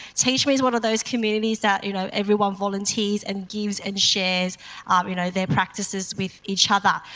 teachmeet is one of those communities that you know everyone volunteers and gives and shares um you know their practices with each other.